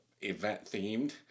event-themed